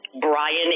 Brian